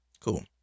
Cool